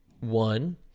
one